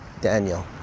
Daniel